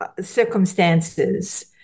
circumstances